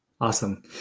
Awesome